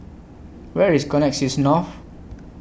Where IS Connexis North